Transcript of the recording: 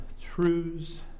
truths